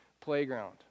playground